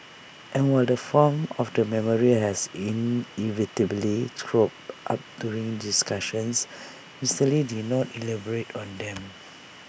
and while the farm of the memorial has inevitably cropped up during discussions Mister lee did not elaborate on them